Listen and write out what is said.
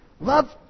Love